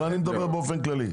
באופן כללי.